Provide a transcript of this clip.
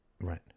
Right